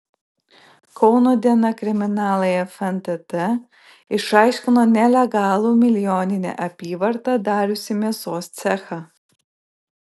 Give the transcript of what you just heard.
kauno diena kriminalai fntt išaiškino nelegalų milijoninę apyvartą dariusį mėsos cechą